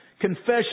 Confession